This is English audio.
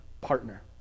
partner